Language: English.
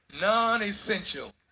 Non-essential